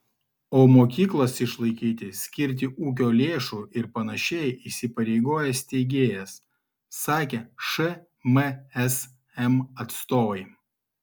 o mokyklas išlaikyti skirti ūkio lėšų ir panašiai įsipareigoja steigėjas sakė šmsm atstovai